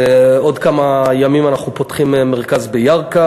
ובעוד כמה ימים אנחנו פותחים מרכז בירכא